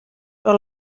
però